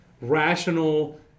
rational